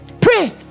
Pray